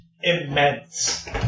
immense